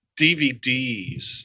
DVDs